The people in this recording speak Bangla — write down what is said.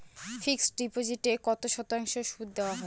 ফিক্সড ডিপোজিটে কত শতাংশ সুদ দেওয়া হয়?